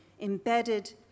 embedded